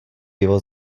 pivo